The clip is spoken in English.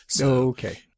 Okay